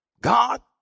God